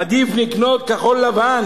עדיף לקנות כחול-לבן,